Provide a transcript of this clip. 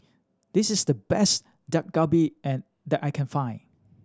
this is the best Dak Galbi and that I can find